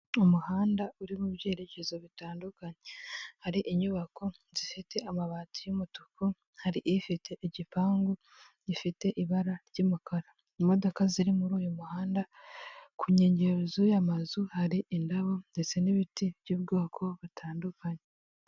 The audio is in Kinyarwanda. Umuhanda uri mu byerekezo bitandukanye hari inyubako zifite amabati y'umutuku, hari ifite igipangu gifite ibara ry'umukara, imodoka ziri muri uyu muhanda ku nkengero zuy'amazu hari indabo ndetse n'ibiti by'ubwoko butandukanye.